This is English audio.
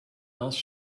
else